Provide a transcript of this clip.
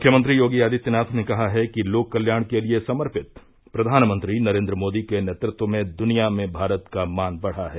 मुख्यमंत्री योगी आदित्यनाथ ने कहा है कि लोक कल्याण के लिये समर्पित प्रधानमंत्री नरेन्द्र मोदी के नेतृत्व में दुनिया में भारत का मान बढ़ा है